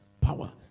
power